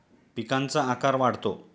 पिकांचा आकार वाढतो